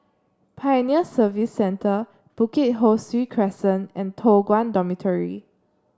Pioneer Service Centre Bukit Ho Swee Crescent and Toh Guan Dormitory